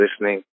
listening